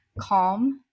calm